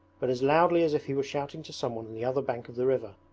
but as loudly as if he were shouting to someone on the other bank of the river.